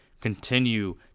continue